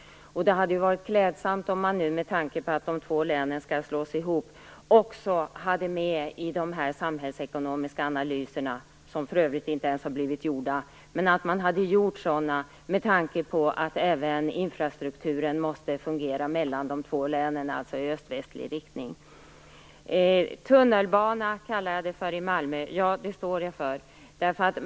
Med tanke på att det två länen nu skall slås ihop hade det varit klädsamt om man i de samhällsekonomiska analyser - som för övrigt inte ens har blivit gjorda - hade tagit hänsyn till att även infrastrukuren mellan de två länen måste fungera, alltså i öst-västlig riktning. Jag kallade det för tunnelbana, och det står jag för.